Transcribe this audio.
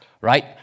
right